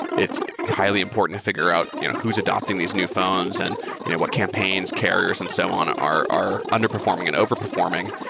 it's highly important to fi gure out who's adapting these new phones and you know what campaigns, carriers and so on are are underperforming and over-performing.